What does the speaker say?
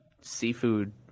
seafood